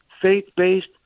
faith-based